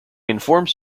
informs